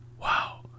Wow